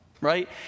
Right